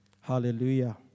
Hallelujah